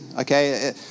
Okay